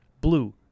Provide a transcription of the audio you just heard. Blue